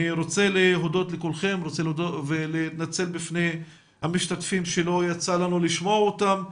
אני רוצה להודות לכולכם ולהתנצל בפני המשתתפים שלא יצא לנו לשמוע אותם.